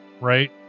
Right